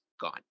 gone